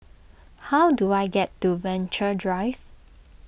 how do I get to Venture Drive